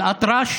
באל-אטרש,